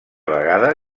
vegada